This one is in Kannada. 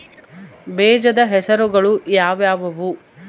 ಬೇಜದ ಹೆಸರುಗಳು ಯಾವ್ಯಾವು?